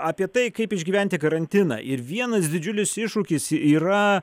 apie tai kaip išgyventi karantiną ir vienas didžiulis iššūkis yra